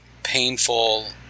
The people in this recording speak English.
Painful